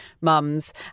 mums